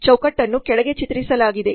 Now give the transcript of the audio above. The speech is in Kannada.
ಚೌಕಟ್ಟನ್ನು ಕೆಳಗೆ ಚಿತ್ರಿಸಲಾಗಿದೆ